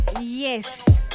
Yes